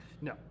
No